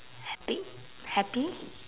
happy happy